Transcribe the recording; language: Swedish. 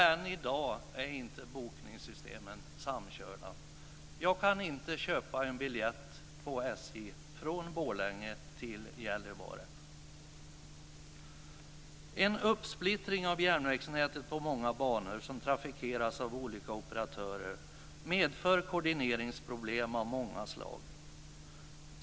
Än i dag är inte bokningssystemen samkörda. Jag kan inte köpa en biljett på SJ från Borlänge till Gällivare. En uppsplittring av järnvägsnätet på många banor som trafikeras av olika operatörer medför koordineringsproblem av många slag.